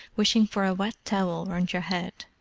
wishing for a wet towel round your head!